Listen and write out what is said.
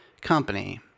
company